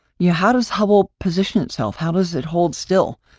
yeah how does hubble position itself? how does it hold still?